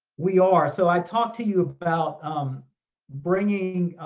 we are. so i talked to you about um bringing,